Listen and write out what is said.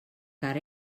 car